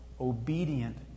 obedient